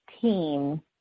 team